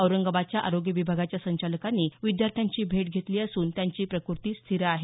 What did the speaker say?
औरंगाबादच्या आरोग्य विभागाच्या संचालकांनी विद्यार्थ्यांची भेट घेतली असून त्यांची प्रकृती स्थिर आहे